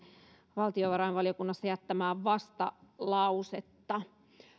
valtiovarainvaliokunnassa jättämää vastalausetta